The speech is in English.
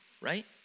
right